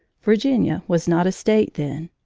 virginia was not a state then.